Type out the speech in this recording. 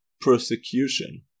persecution